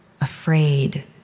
afraid